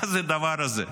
מה זה הדבר הזה?